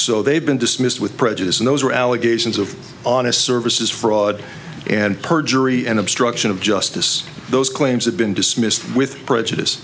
so they've been dismissed with prejudice and those are allegations of on his services fraud and perjury and obstruction of justice those claims have been dismissed with prejudice